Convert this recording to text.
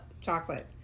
chocolate